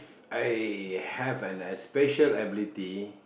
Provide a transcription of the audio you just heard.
I have an especial ability